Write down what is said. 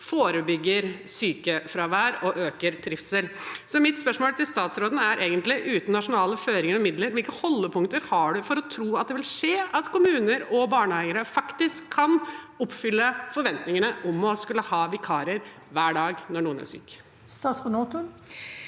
forebygger sykefravær og øker trivsel. Mitt spørsmål til statsråden er: Uten nasjonale føringer og midler – hvilke holdepunkter har hun for å tro at kommuner og barnehageeiere faktisk kan oppfylle forventningene om å skulle ha vikarer hver dag noen er syk? Statsråd Kari